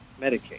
Medicaid